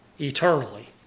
eternally